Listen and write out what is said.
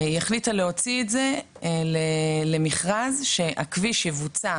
היא החליטה להוציא את זה למכרז, שהכביש יבוצע